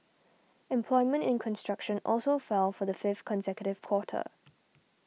employment in construction also fell for the fifth consecutive quarter